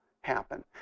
happen